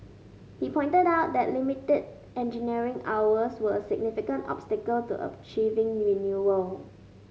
he pointed out that limited engineering hours were a significant obstacle to achieving renewal